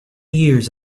years